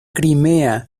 crimea